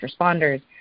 responders